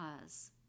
cause